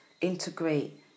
integrate